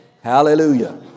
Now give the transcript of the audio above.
Hallelujah